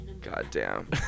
Goddamn